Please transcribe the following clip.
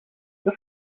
this